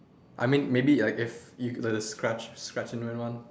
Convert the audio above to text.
I mean maybe like if the scratch scratch and win one